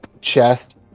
chest